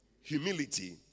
Humility